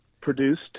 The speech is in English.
produced